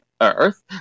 Earth